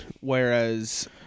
Whereas